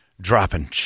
dropping